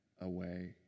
away